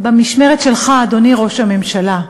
במשמרת שלך, אדוני ראש הממשלה,